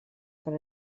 per